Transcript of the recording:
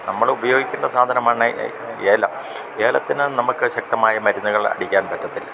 നമ്മൾ ഉപയോഗിക്കുന്ന സാധനമാണ് ഏലം ഏലത്തിന് നമുക്ക് ശക്തമായ മരുന്നുകൾ അടിക്കാൻ പറ്റത്തില്ല